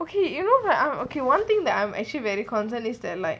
okay you know that I'm okay one thing that I'm actually very concern is that like